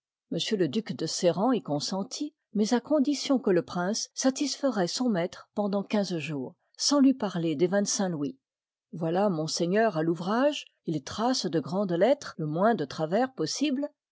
le duc de sérent y consentit mais à condition que le prince satisferoit son maître pendant quinze jours sans lui parler des vingt-cinq louis voilà monseigneur à touvrage il trace de grandes lettres le moins de travers possible